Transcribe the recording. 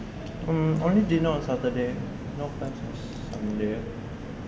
mm only dinner on saturday no plans on sunday